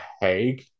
Hague